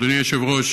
אדוני היושב-ראש,